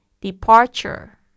departure